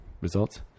results